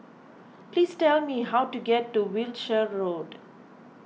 please tell me how to get to Wiltshire Road